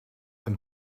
een